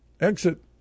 exit